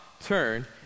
turn